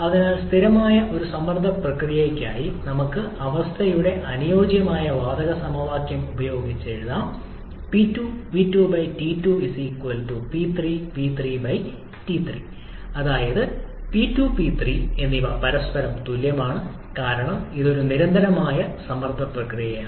അതിനാൽ സ്ഥിരമായ ഒരു സമ്മർദ്ദ പ്രക്രിയയ്ക്കായി നമുക്ക് അവസ്ഥയുടെ അനുയോജ്യമായ വാതക സമവാക്യം ഉപയോഗിച്ച് എഴുതാം P2𝑉2 𝑇2 𝑃3𝑉3 𝑇3 അതായത് P2 P3 എന്നിവ പരസ്പരം തുല്യമാണ് കാരണം ഇത് ഒരു നിരന്തരമായ സമ്മർദ്ദ പ്രക്രിയയാണ്